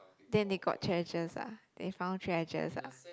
then they got treasures ah they found treasures ah